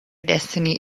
destiny